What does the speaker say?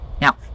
Now